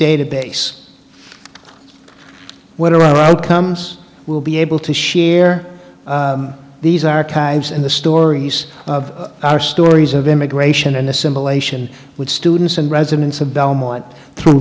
database where oh come will be able to share these archives in the stories of our stories of immigration and assimilation with students and residents of belmont through